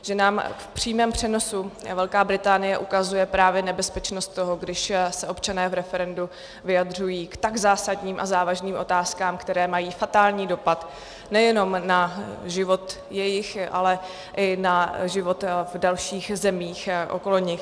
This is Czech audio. Že nám v přímém přenosu Velká Británie ukazuje právě nebezpečnost toho, když se občané v referendu vyjadřují k tak zásadním a závažným otázkám, které mají fatální dopad nejenom na život jejich, ale i na život v dalších zemích okolo nich.